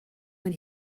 when